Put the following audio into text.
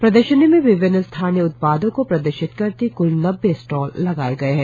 प्रदर्शनी में विभिन्न स्थानीय उत्पादों को प्रदर्शित करती कृल नब्बे स्टॉल लगाये गए है